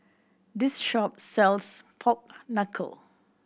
this shop sells pork knuckle